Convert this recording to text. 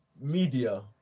Media